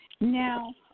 Now